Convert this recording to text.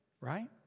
right